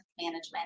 management